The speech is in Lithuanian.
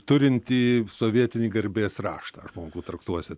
turintį sovietinį garbės raštą žmogų traktuosit